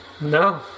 No